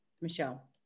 Michelle